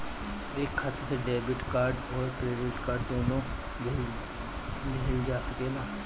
एक खाता से डेबिट कार्ड और क्रेडिट कार्ड दुनु लेहल जा सकेला?